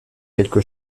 quelque